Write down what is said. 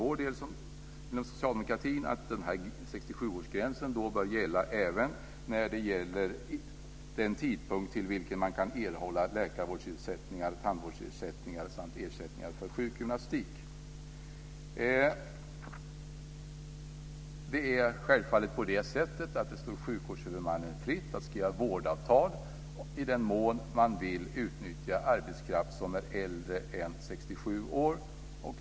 Vi socialdemokrater tycker att denna 67-årsgräns bör gälla även i fråga om den tidpunkt till vilken man kan erhålla läkarvårdsersättning, tandvårdsersättning samt ersättning för sjukgymnastik. Självfallet står det sjukvårdshuvudmannen fritt att skriva vårdavtal, i den mån man vill utnyttja arbetskraft som är äldre än 67 år.